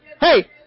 Hey